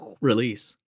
release